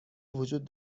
وجود